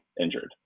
injured